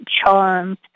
charmed